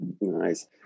Nice